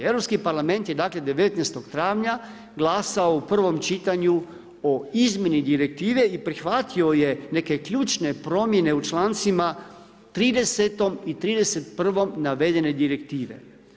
Europski parlament je dakle 19. travnja glasao u prvom čitanju o izmjeni direktive i prihvatio je neke ključne promjene u člancima 30.-tom i 31.-om navedene direktive.